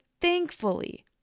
thankfully